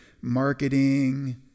marketing